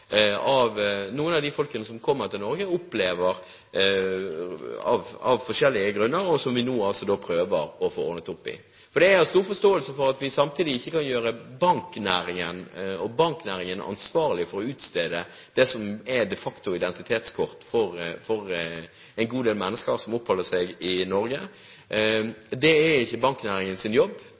av dem som kommer til Norge, opplever, av forskjellige grunner, og som vi nå prøver å få ordnet opp i. Jeg har stor forståelse for at vi ikke kan gjøre banknæringen ansvarlig for å utstede det som de facto er identitetskort for en god del mennesker som oppholder seg i Norge. Det er ikke banknæringens jobb.